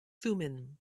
thummim